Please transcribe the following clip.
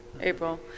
April